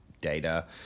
data